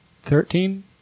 thirteen